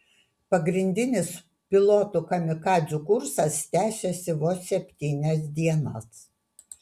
pagrindinis pilotų kamikadzių kursas tęsėsi vos septynias dienas